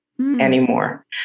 anymore